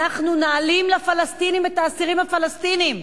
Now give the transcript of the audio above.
אנחנו נעלים לפלסטינים את האסירים הפלסטינים,